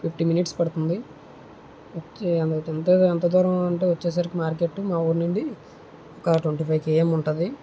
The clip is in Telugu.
ఫిఫ్టీన్ మినిట్స్ పడుతుంది ఓకే ఎంత ఎంత దూరం అంటే వచ్చేసరికి మార్కెట్ మా ఊరి నుండి ఒక ట్వంటీ ఫైవ్ కేఎమ్ ఉంటుంది